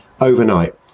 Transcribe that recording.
overnight